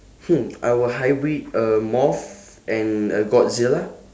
hmm I will hybrid a moth and a godzilla